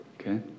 okay